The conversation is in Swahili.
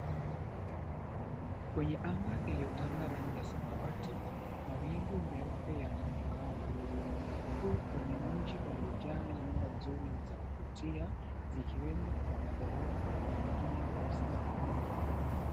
Kwenye anga iliyotanda rangi ya samawati, mawingu meupe yanaonekana huku kwenye mji uliojaa nyumba nzuri na za kuvutia zikiwemo za maghorofa na ingine ambayo si maghorofa.